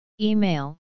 Email